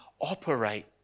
operate